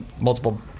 multiple